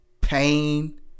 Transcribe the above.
pain